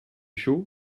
chaud